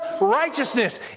righteousness